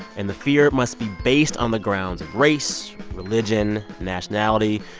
and the fear must be based on the grounds of race, religion, nationality,